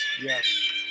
Yes